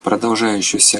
продолжающийся